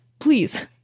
Please